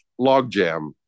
logjam